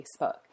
Facebook